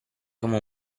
come